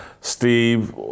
Steve